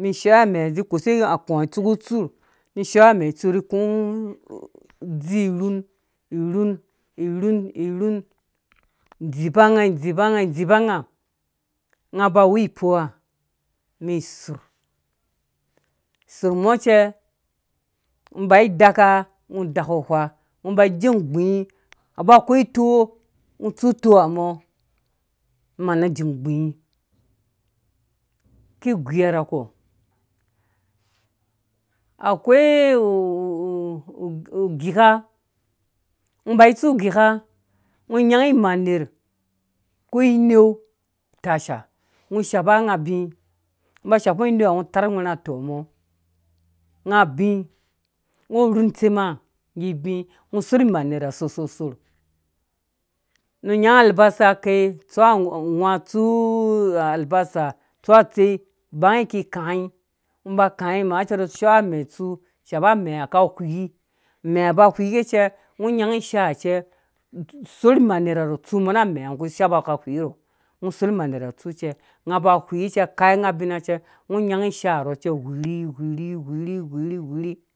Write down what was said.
mɛn shei amɛ zi koshu akũ tsuku tsur ni shai amɛ ni ku udzi rhun rhun irhun rhundzipa nga dzipa nga dzipa nga ba awu pooa mɛn surh so mɔcɛ ngɔ ba alake ngɔ daku wha ndɔ ba jeng gbii aba kwei tɔɔ ngɔ tsu tɔɔ ha mo numa nu jeng gɔii ki guya rha kɔ akwai u sika ngɔ ba tsu gika ngɔ nyai imaner ko ineu ngɔ ineu ha ngɔ tarh ughɛra atɔɔ mo nga bi ngɔ rhun tsema ngge bi ngɔ sorh imaner ha sorh sorh sorh nu nya nga alabasa kei tsu awãtsu alamasa tsu atsei bai ki kaĩ ngɔ ba kaĩ maa cɛ nu shoi amɛ tsu shapa amɛha ka whii amɛ ba whii cɛ ngɔ nyai ishaahace sorh imanerɔ tsu mɔ ngɔ soorh imanera rɔ tsu cɛ nga ba whii cɛ kai. nga abina cɛ ngɔ nyai ishaa er, whirhi wirhi wirhi wirhi.